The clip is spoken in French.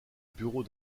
bureau